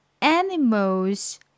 Animals